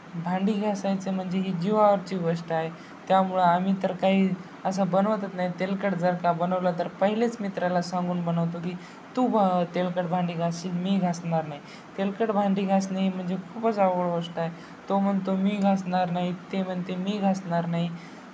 भांडी घासायचं म्हणजे ही जीवावरची गोष्ट आहे त्यामुळं आम्ही तर काही असं बनवतच नाही तेलकट जर का बनवलं तर पहिलेच मित्राला सांगून बनवतो की तू बा तेलकट भांडी घासशील मी घासणार नाही तेलकट भांडी घासणे म्हणजे खूपच अवघड गोष्ट आहे तो म्हणतो मी घासणार नाही ते म्हणते मी घासणार नाही